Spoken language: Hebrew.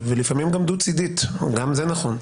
ולפעמים גם דו צידית, גם זה נכון,